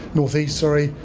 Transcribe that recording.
north east, sorry,